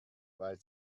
weil